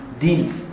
deals